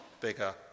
bigger